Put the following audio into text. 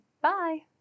Bye